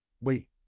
wait